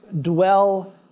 dwell